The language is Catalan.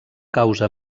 causa